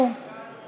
זהו, חברים, זהו,